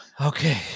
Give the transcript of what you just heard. Okay